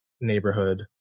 neighborhood